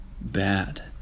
bad